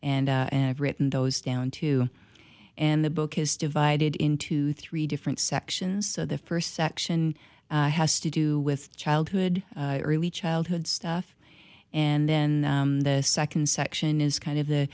experienced and and i've written those down to and the book is divided into three different sections so the first section has to do with childhood early childhood stuff and then the second section is kind of the